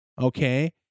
okay